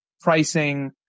pricing